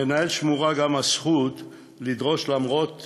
למנהל שמורה גם הזכות לדרוש, למרות